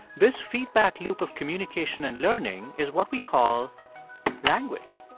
this feedback loop of communication and learning is what we call language